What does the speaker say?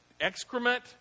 excrement